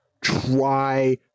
try